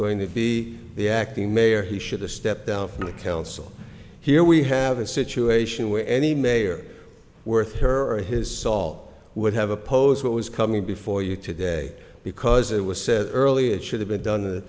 going to be the acting mayor he should have stepped down from the council here we have a situation where any mayor worth her or his saw would have opposed what was coming before you today because it was said earlier it should have been done